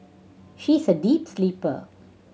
she is a deep sleeper